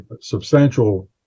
substantial